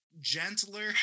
gentler